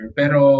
pero